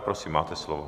Prosím, máte slovo.